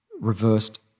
reversed